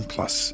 Plus